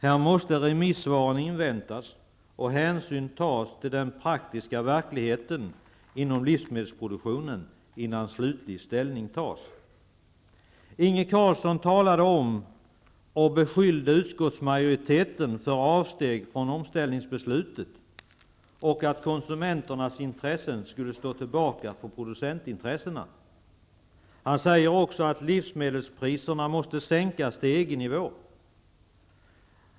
Här måste remissvaren inväntas och hänsyn tas till den praktiska verkligheten inom livsmedelsproduktionen innan man tar slutlig ställning. Inge Carlsson talade om och beskyllde utskottsmajoriteten för avsteg från omställningsbeslutet och att konsumenternas intressen skulle stå tillbaka för producentintressena. Han säger också att livsmedelspriserna måste sänkas till EG-nivå.